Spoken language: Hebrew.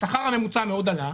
השכר הממוצע מאוד עלה,